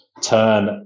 turn